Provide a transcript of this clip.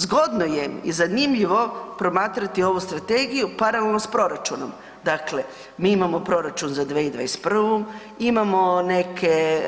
Zgodno je i zanimljivo promatrati ovu strategiju paralelno s proračunom, dakle mi imamo proračun za 2021., imamo neke